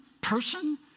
person